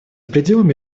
пределами